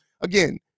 Again